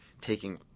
taking